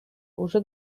уже